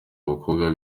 abakobwa